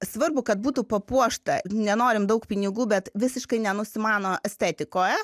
svarbu kad būtų papuošta nenorim daug pinigų bet visiškai nenusimano estetikoje